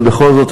אבל בכל זאת,